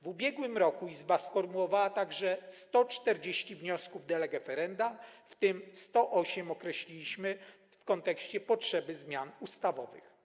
W ubiegłym roku Izba sformułowała także 140 wniosków de lege ferenda, w tym 108 określiliśmy w kontekście potrzeby zmian ustawowych.